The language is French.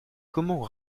comment